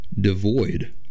devoid